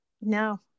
No